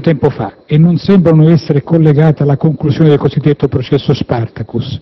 a diverso tempo fa e non sembrano essere collegate alla conclusione del cosiddetto processo Spartacus.